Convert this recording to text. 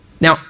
Now